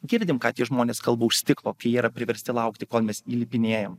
girdim kad žmonės kalba už stiklo kai jie yra priversti laukti kol mes įlipinėjam